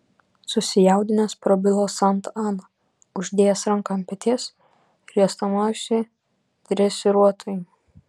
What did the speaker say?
susijaudinęs prabilo santa ana uždėjęs ranką ant peties riestanosiui dresiruotojui